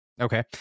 Okay